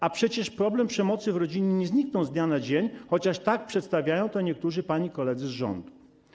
A przecież problem przemocy w rodzinie nie zniknął z dnia na dzień, chociaż tak przedstawiają to niektórzy pani koledzy z rządu.